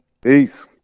Peace